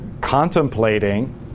contemplating